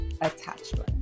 attachment